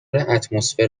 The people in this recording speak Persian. اتمسفر